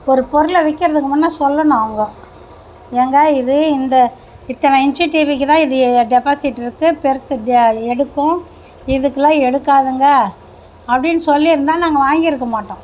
ஒரு பொருளை விற்கிறதுக்கு முன்னே சொல்லணும் அவங்கோ ஏங்க இது இந்த இத்தனை இன்ச்சு டிவிக்கு தான் இது ஏ டெப்பாசிட்ரு இருக்கு பெருசு திய எடுக்கும் இதுக்குலாம் எடுக்காதுங்க அப்படின் சொல்லியிருந்தா நாங்கள் வாங்கியிருக்க மாட்டோம்